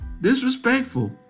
disrespectful